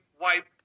wipe